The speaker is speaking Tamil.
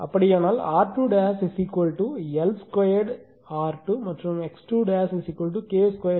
எனவே அது அப்படியானால் R2 L 2 R2 மற்றும் X2 K 2 X2